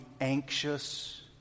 anxious